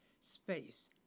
space